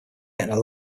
getting